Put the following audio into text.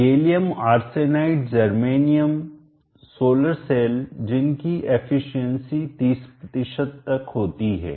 gallium arsenide germanium solar cell जिनकी efficiency दक्षता 30 तक होती है